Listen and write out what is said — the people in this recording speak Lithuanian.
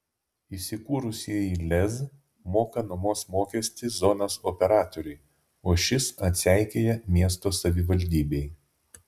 įsikūrusieji lez moka nuomos mokestį zonos operatoriui o šis atseikėja miesto savivaldybei